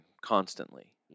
constantly